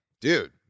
dude